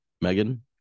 Megan